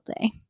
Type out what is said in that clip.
day